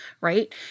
right